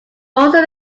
also